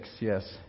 yes